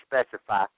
specify